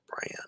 brand